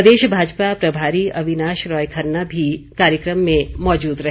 प्रदेश भाजपा प्रभारी अविनाश राय खन्ना भी कार्यक्रम में मौजूद रहे